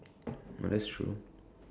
ah that's true